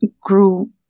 grew